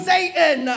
Satan